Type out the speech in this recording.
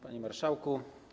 Panie Marszałku!